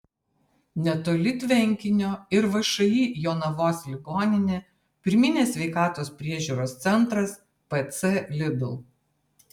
netoli tvenkinio ir všį jonavos ligoninė pirminės sveikatos priežiūros centras pc lidl